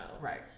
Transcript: Right